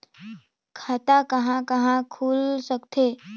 खाता कहा कहा खुल सकथे?